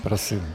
Prosím.